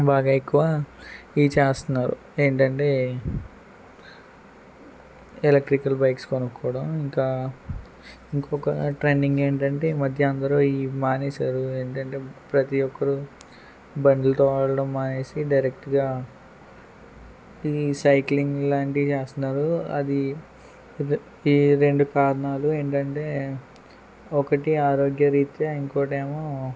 బాగా ఎక్కువ ఇవి చేస్తున్నారు ఏంటంటే ఎలక్ట్రికల్ బైక్స్ కొనుక్కోవడం ఇంకా ఇంకొక ట్రెండింగ్ ఏంటంటే ఈ మధ్య అందరూ ఇవి మానేసారు ఏంటంటే ప్రతి ఒక్కరూ బండులు తోలడం మానేసి డైరెక్ట్గా ఈ సైక్లింగ్ లాంటివి చేస్తన్నారు అది ఈ రెండు కారణాలు ఏంటంటే ఒకటి ఆరోగ్య రీత్యా ఇంకోటేమో